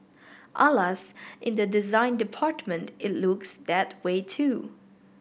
Alas in the design department it looks that way too